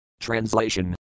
Translation